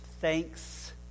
thanks